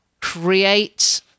create